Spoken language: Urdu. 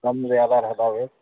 کم زیادہ رہتا بھیا